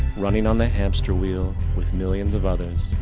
running on a hamster wheel, with millions of others,